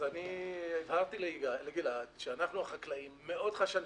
אז אני הסברתי לגלעד שאנחנו החקלאים מאוד חששנו.